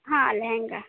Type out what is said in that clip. ಹಾಂ ಲೆಹಂಗಾ